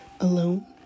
alone